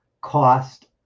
cost